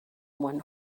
one